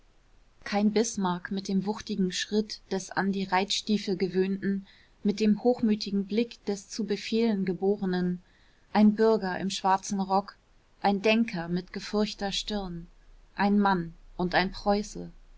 kein bismarck mit dem wuchtigen schritt des an die reiterstiefel gewöhnten mit dem hochmütigen blick des zum befehlen geborenen ein bürger im schwarzen rock ein denker mit gefurchter stirn ein mann und ein preuße